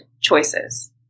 choices